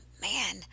man